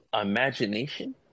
imagination